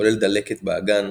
כולל דלקת באגן,